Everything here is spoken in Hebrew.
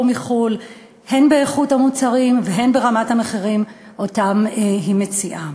מחו"ל הן באיכות המוצרים והן ברמת המחירים שהיא מציעה.